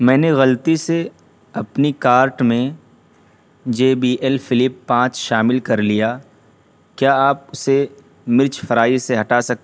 میں نے غلطی سے اپنی کارٹ میں جے بی ایل فلپ پانچ شامل کر لیا کیا آپ اسے مرچ فرائی سے ہٹا سکتے ہیں